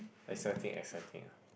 exciting exciting ah